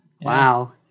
Wow